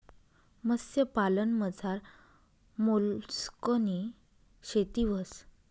मत्स्यपालनमझार मोलस्कनी शेती व्हस